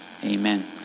Amen